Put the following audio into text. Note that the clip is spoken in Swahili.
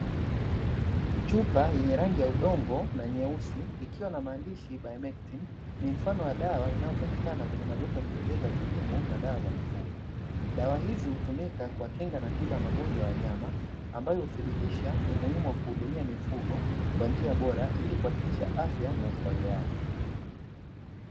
Chupa yenye rangi ya udongo na nyeusi ikiwa na mandishi ''Bimectin'' ni mfano wa dawa inayopatikana kwenye maduka ya pembejeo na dawa za mifugo, dawa hizi hutumika kuwakinga na tiba magonjwa wanyama ambayo huthibitisha umuhimu wa kuhudumia mifugo kwa njia bora ili kuhakikisha afya na ustawi wao.